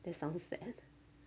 that sounds sad